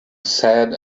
sad